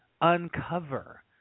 uncover